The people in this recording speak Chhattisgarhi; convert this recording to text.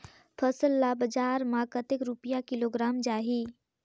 फसल ला बजार मां कतेक रुपिया किलोग्राम जाही?